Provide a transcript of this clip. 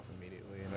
immediately